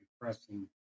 depressing